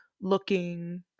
looking